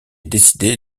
décidé